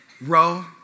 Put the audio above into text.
row